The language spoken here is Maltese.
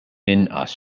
inqas